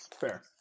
fair